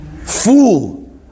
fool